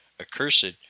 accursed